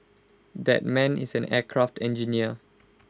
that man is an aircraft engineer